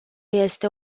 este